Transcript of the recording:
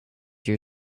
your